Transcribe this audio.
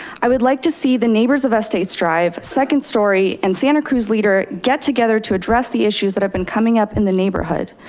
i would like to see the neighbors of estates drive, second story, and santa cruz leader get together to address the issues that have been coming up in the neighborhood.